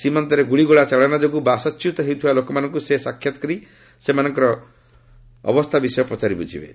ସୀମାନ୍ତରେ ଗୁଳିଗୋଳା ଚାଳନା ଯୋଗୁଁ ବାସଚ୍ୟୁତ ହେଉଥିବା ଲୋକମାନଙ୍କୁ ସେ ସାକ୍ଷାତ କରି ସେମାନଙ୍କର ଅବସ୍ଥା ବିଷୟ ପଚାରି ବୁଝିବେ